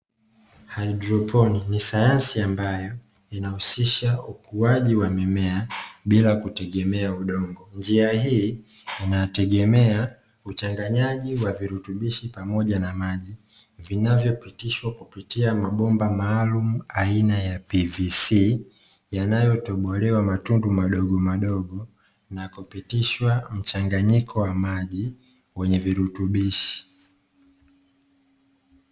Haidroponi ni sayansi ambayo inahusisha ukuaji wa wa mimea bila kutegemea udongo. Njia hii inategemea uchanganyaji wa virutubisho pamoja na maji, vinavyopitishwa kupitia mabomba maalumu aina ya ''PVC'', yanayotobolewa matundu madogomadogo na kupitishwa mchanganyiko wa maji wenye virutubishi.